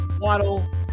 Waddle